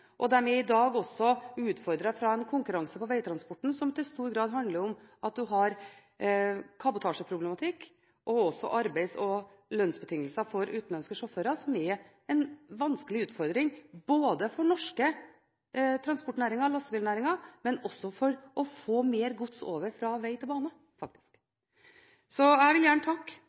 er i dag også utfordret av konkurranse på veitransporten, som i stor grad handler om kabotasjeproblematikk. Også arbeids- og lønnsbetingelser for utenlandske sjåfører er en vanskelig utfordring for den norske lastebilnæringen og også for å få mer gods over fra vei til bane. Jeg vil gjerne takke